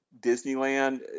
Disneyland